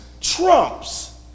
trumps